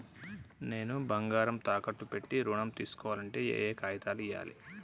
నేను బంగారం తాకట్టు పెట్టి ఋణం తీస్కోవాలంటే ఏయే కాగితాలు ఇయ్యాలి?